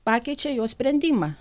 pakeičia jos sprendimą